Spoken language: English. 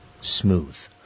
smooth